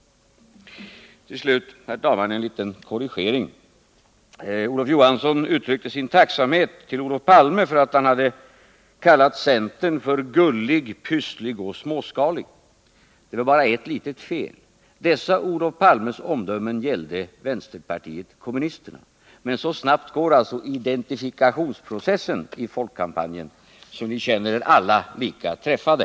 Till slut, herr talman, en liten korrigering. Olof Johansson uttryckte sin tacksamhet mot Olof Palme för att denne hade kallat centern för gullig, pysslig och småskalig. Det var bara ett litet fel. Dessa Olof Palmes ord gällde vänsterpartiet kommunisterna. Så snabbt går alltså idenfikationsprocessen i folkkampanjen att ni alla känner er lika träffade.